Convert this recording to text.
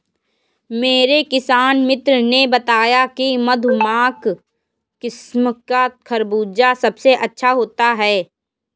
मेरे किसान मित्र ने बताया की मधु नामक किस्म का खरबूजा सबसे अच्छा होता है